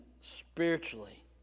spiritually